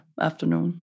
afternoon